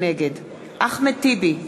נגד אחמד טיבי,